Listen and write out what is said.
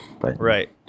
right